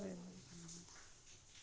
घरै दा करना पौंदा